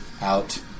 out